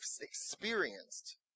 experienced